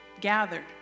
gathered